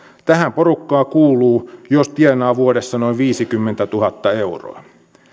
tähän porukkaan kuuluu jos tienaa vuodessa noin viisikymmentätuhatta euroa